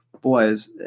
boys